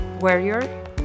Warrior